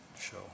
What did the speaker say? show